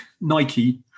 Nike